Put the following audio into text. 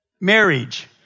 Marriage